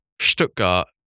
Stuttgart